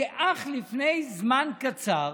שאך לפני זמן קצר